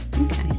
okay